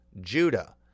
Judah